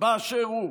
באשר הוא.